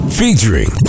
featuring